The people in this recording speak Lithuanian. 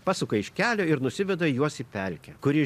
pasuka iš kelio ir nusiveda juos į pelkę kuri